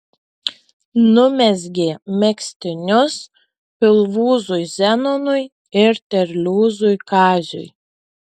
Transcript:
numezgė megztinius pilvūzui zenonui ir terliūzui kaziui